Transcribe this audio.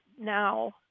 now